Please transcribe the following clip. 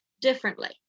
differently